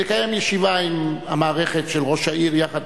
נקיים ישיבה עם המערכת של ראש העיר יחד.